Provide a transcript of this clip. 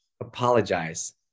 Apologize